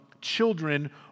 children